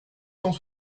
cent